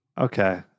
Okay